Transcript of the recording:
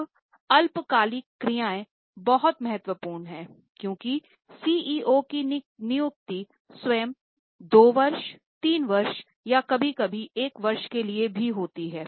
अब अल्पकालिक क्रियाएं बहुत महत्वपूर्ण हैं क्योंकि सीईओ की नियुक्ति स्वयं 2 वर्ष 3 वर्ष या कभी कभी 1 वर्ष के लिए भी होती है